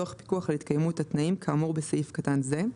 לצורך פיקוח על התקיימות התנאים כאמור בסעיף קטן זה.